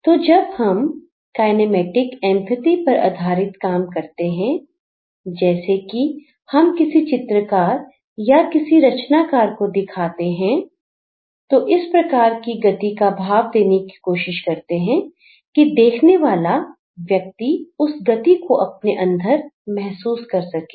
तो जब हम किनेमैटिक एम्पथी पर आधारित काम करते हैं जैसे कि हम किसी चित्रकार या किसी रचनाकार को दिखाते हैं तो इस प्रकार की गति का भाव देने की कोशिश करते हैं कि देखने वाला व्यक्ति उस गति को अपने अंदर महसूस कर सके